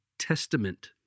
Testament